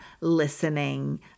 listening